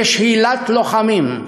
יש הילת לוחמים,